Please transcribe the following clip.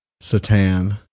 Satan